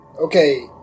Okay